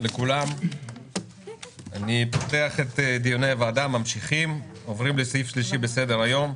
אני פותח את דיוני הוועדה ואנחנו עוברים לסעיף שלישי בסדר היום,